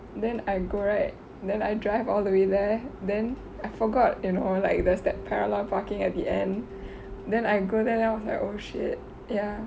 then I go right then I drive all the way there then I forgot you know like there's that parallel parking at the end then I go there then I was like oh shit ya